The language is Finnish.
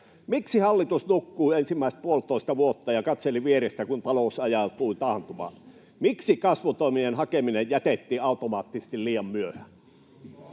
ensimmäiset puolitoista vuotta ja katseli vierestä, kun talous ajautui taantumaan? Miksi kasvutoimien hakeminen jätettiin automaattisesti liian myöhään?